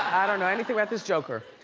i don't know anything about this joker,